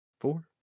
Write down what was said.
four